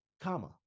comma